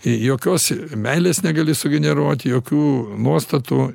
jokios meilės negali sugeneruoti jokių nuostatų